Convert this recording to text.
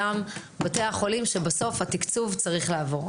ית חולים בכל אחד מסופי השבוע ברוב חודשי השנה לשעות עבודה מקוצרות.